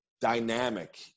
dynamic